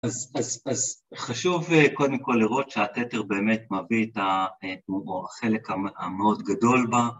אז אז אז חשוב קודם כל לראות שהתתר באמת מביא את החלק המאוד גדול בה.